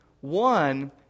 One